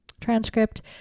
transcript